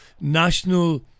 national